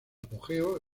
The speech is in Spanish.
apogeo